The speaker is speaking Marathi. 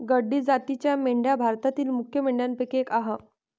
गड्डी जातीच्या मेंढ्या भारतातील मुख्य मेंढ्यांपैकी एक आह